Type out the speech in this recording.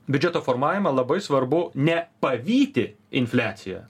biudžeto formavimą labai svarbu ne pavyti infliaciją